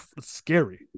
scary